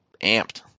amped